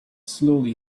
slowly